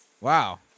Wow